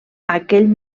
aquell